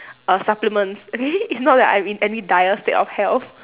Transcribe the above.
err supplements okay it's not like I'm in any dire state of health